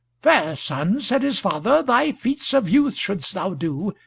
fair son, said his father, thy feats of youth shouldst thou do,